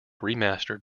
remastered